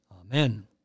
Amen